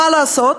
מה לעשות?